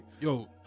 yo